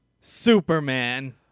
Superman